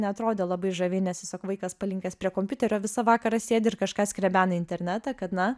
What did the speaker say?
neatrodė labai žaviai nes tiesiog vaikas palinkęs prie kompiuterio visą vakarą sėdi ir kažką skrebena internete kad na